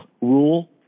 rule